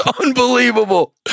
unbelievable